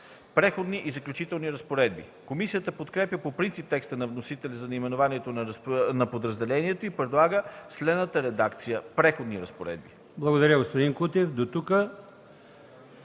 „Преходни и заключителни разпоредби”. Комисията подкрепя по принцип текста на вносителя за наименованието на подразделението и предлага следната редакция: „Преходни разпоредби”. ПРЕДСЕДАТЕЛ